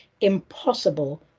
impossible